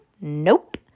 Nope